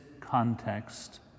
context